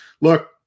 look